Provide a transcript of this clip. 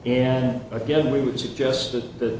and again we would suggest that th